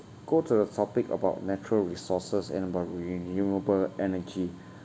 go to the topic about natural resources and about renewable energy